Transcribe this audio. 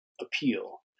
appeal